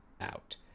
out